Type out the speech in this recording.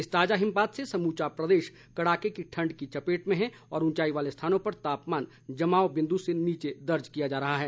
इस ताजा हिमपात से समुचा प्रदेश कड़ाके की ठंड की चपेट में है और उंचाई वाले स्थानों पर तापमान जमाव बिंद से नीचे दर्ज किया जा रहा है